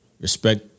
respect